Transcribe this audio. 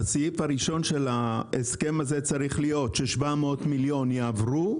הסעיף הראשון של ההסכם הזה צריך להיות ש-700 מיליון יעברו,